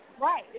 Right